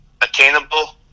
attainable